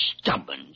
stubborn